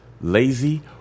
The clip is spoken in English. lazy